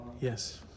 Yes